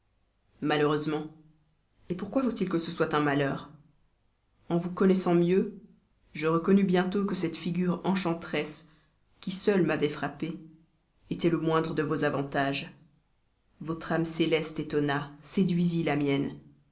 malheureusement pourquoi faut-il que ce soit un malheur en vous connaissant mieux je reconnus bientôt que cette figure enchanteresse qui seule m'avait frappé était le moindre de vos avantages votre âme céleste étonna séduisit la mienne